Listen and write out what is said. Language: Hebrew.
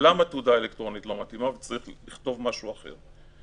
למה תעודה אלקטרונית לא מתאימה וצריך לכתוב משהו אחר?